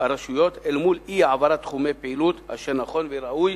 הרשויות אל מול אי-העברת תחומי פעילות אשר נכון וראוי